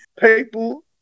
people